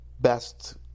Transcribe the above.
best